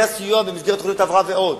יהיה הסיוע במסגרת תוכנית הבראה ועוד.